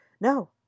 No